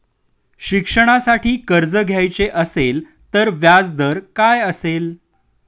शिक्षणासाठी कर्ज घ्यायचे असेल तर व्याजदर काय असेल?